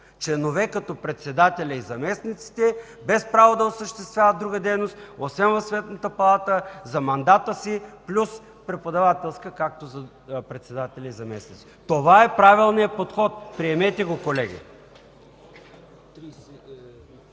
Членове като председателят и заместниците, без право да осъществяват друга дейност освен в Сметната палата за мандата си плюс преподавателска, както за председателя и заместниците. Това е правилният подход. Приемете го колеги!